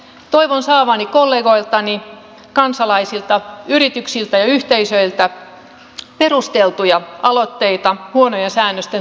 toivon saavani kollegoiltani kansalaisilta yrityksiltä ja yhteisöiltä perusteltuja aloitteita huonojen säännösten tunnistamiseksi